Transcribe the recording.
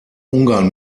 ungarn